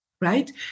right